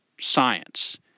science